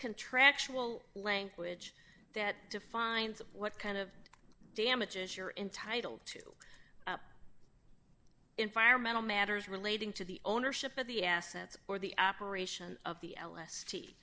contractual language that defines what kind of damages you're entitled to environmental matters relating to the ownership of the assets or the operation of the l